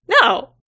No